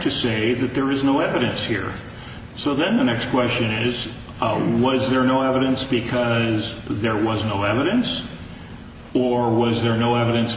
to say that there is no evidence here so the next question is what is there no evidence because there was no evidence or was there no evidence